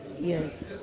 Yes